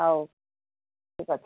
ହଉ ଠିକ୍ ଅଛି